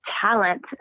talent